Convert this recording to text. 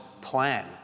plan